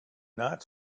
not